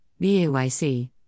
BAYC